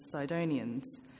Sidonians